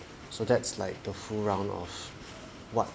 so that's like the full round of what